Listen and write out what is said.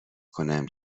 کنم